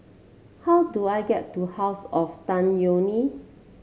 how do I get to House of Tan Yeok Nee